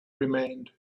remained